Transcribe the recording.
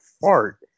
fart